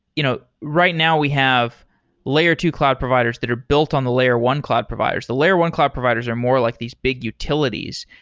you know right now, we have layer two cloud providers that are built on the layer one cloud providers the layer one cloud providers are more like these big utilities.